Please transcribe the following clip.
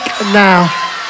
now